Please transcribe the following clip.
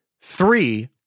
Three